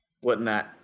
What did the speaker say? whatnot